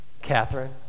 Catherine